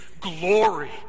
Glory